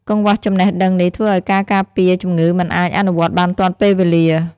កង្វះចំណេះដឹងនេះធ្វើឱ្យការការពារជំងឺមិនអាចអនុវត្តបានទាន់ពេលវេលា។